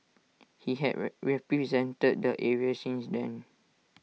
he had represented the area since then